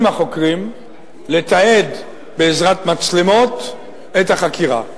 החוקרים חייבים לתעד בעזרת מצלמות את החקירה.